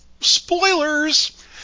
Spoilers